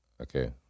okay